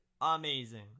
amazing